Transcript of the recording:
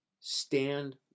stand